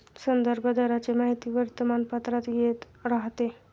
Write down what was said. संदर्भ दराची माहिती वर्तमानपत्रात येत राहते